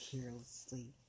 Carelessly